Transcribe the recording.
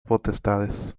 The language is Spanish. potestades